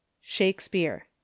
shakespeare